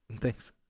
thanks